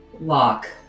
lock